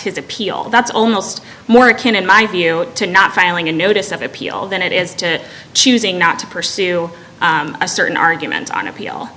his appeal that's almost more akin in my view to not filing a notice of appeal than it is to choosing not to pursue a certain argument on appeal